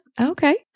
Okay